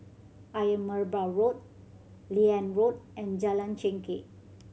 Ayer Merbau Road Liane Road and Jalan Chengkek